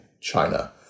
China